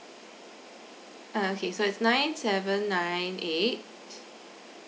okay so it's nine seven nine eight